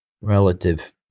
Relative